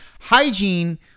hygiene